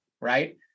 right